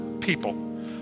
people